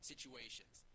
Situations